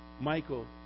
Michael